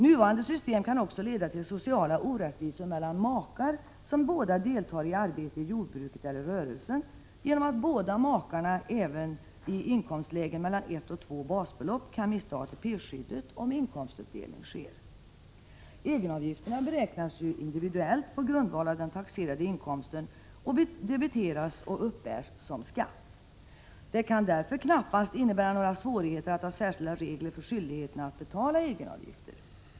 Nuvarande system kan också leda till sociala orättvisor mellan makar, som båda deltar i jordbruket eller rörelsen, genom att båda makarna även i inkomstlägen mellan ett och två basbelopp kan mista ATP-skyddet om en inkomstuppdelning sker. Egenavgifterna beräknas ju individuellt på grundval av den taxerade inkomsten och debiteras och uppbärs som skatt. Det kan därför knappast innebära några svårigheter att ha särskilda regler för skyldigheten att betala egenavgifter.